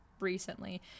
recently